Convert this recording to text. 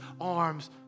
arms